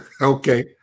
Okay